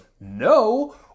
no